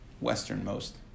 westernmost